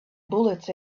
bullets